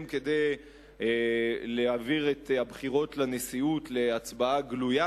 כדי להעביר את הבחירות לנשיאות להצבעה גלויה,